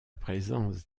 présence